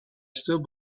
still